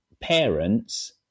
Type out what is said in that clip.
parents